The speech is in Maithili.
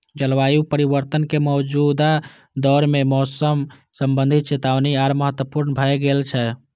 जलवायु परिवर्तन के मौजूदा दौर मे मौसम संबंधी चेतावनी आर महत्वपूर्ण भए गेल छै